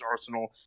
Arsenal